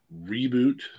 reboot